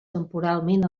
temporalment